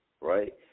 right